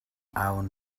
awn